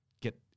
get